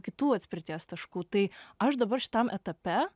kitų atspirties taškų tai aš dabar šitam etape